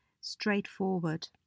straightforward